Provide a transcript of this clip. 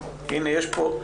הנה יש פה',